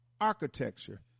architecture